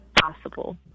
possible